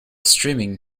streaming